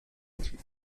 die